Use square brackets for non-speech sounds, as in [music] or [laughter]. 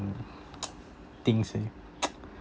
mm [noise] things eh [noise]